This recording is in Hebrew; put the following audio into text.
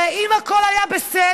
הרי אם הכול היה בסדר,